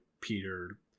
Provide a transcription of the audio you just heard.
peter